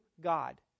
God